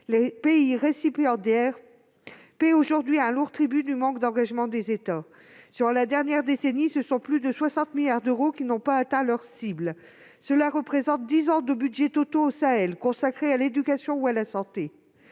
les pays récipiendaires paient aujourd'hui un lourd tribut du fait du manque d'engagement des États. Sur la dernière décennie, ce sont plus de 60 milliards d'euros qui n'ont pas atteint leur cible. Cela représente dix ans de budgets consacrés à l'éducation ou à la santé